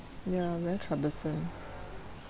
ya very troublesome